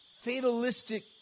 fatalistic